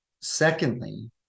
Secondly